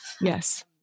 Yes